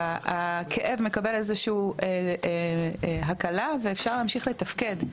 הכאב מקבל איזושהי הקלה ואפשר להמשיך לתפקד.